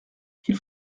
qu’il